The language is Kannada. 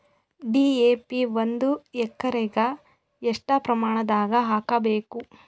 ಡಿ.ಎ.ಪಿ ಒಂದು ಎಕರಿಗ ಎಷ್ಟ ಪ್ರಮಾಣದಾಗ ಹಾಕಬೇಕು?